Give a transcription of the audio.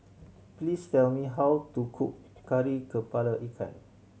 please tell me how to cook Kari Kepala Ikan